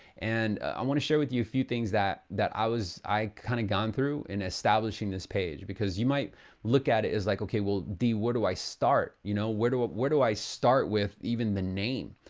and i want to share with you a few things that that i kind of gone through and established in this page. because you might look at it as like, okay well d, where do i start? you know, where do ah where do i start with even the name?